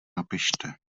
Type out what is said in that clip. napište